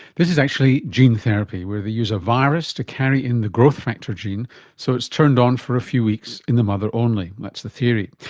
this is actually gene therapy where they use a virus to carry in the growth factor gene so it's turned on for a few weeks in the mother only. that's the theory.